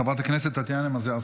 חברת הכנסת טטיאנה מזרסקי,